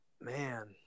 Man